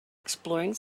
exploring